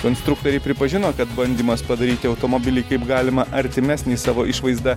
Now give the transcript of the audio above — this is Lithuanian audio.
konstruktoriai pripažino kad bandymas padaryti automobilį kaip galima artimesnį savo išvaizda